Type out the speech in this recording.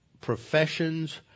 professions